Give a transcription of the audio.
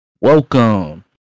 Welcome